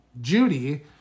Judy